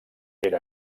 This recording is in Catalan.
era